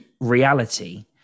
reality